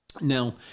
Now